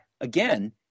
again